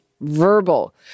verbal